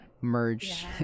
merge